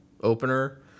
opener